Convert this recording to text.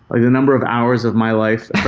ah the number of hours of my life,